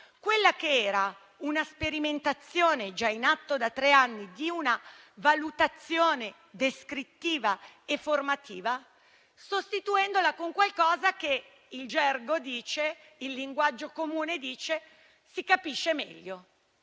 emendamento, una sperimentazione già in atto da tre anni con una valutazione descrittiva e formativa, sostituendola con qualcosa che, secondo il gergo e il linguaggio comune, "si capisce meglio".